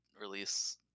release